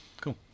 Cool